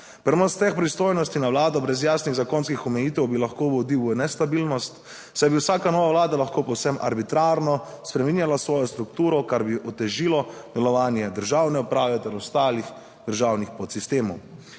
Prenos teh pristojnosti na vlado brez jasnih zakonskih omejitev bi lahko vodil v nestabilnost, saj bi vsaka nova vlada lahko povsem arbitrarno spreminjala svojo strukturo. kar bi otežilo delovanje državne uprave ter ostalih državnih podsistemov.